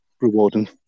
rewarding